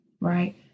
right